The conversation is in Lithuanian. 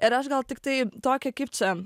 ir aš gal tiktai tokį kaip čia